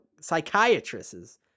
psychiatrists